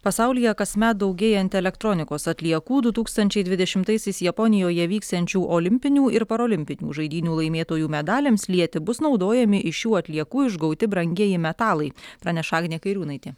pasaulyje kasmet daugėjant elektronikos atliekų du tūkstančiai dvidešimtaisiais japonijoje vyksiančių olimpinių ir parolimpinių žaidynių laimėtojų medaliams lieti bus naudojami iš šių atliekų išgauti brangieji metalai praneša agnė kairiūnaitė